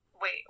Wait